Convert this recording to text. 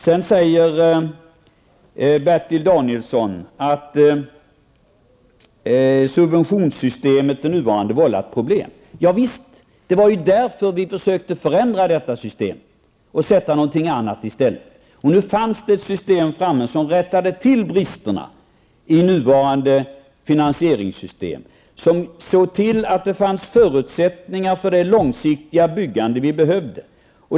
Sedan säger Bertil Danielsson att det nuvarande subventionssystemet vållar problem. Javisst, det var ju därför vi försökte förändra detta system och sätta något annat i stället. Nu fanns det ett system som rättade till bristerna i nuvarande finansieringssystem, som såg till att det fanns förutsättningar för det långsiktiga byggande vi behövde.